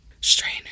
Strainer